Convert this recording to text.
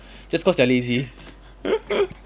just cause they are lazy